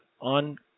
on